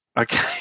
okay